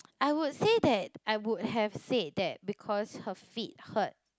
I would say that I would have said that because her feet hurt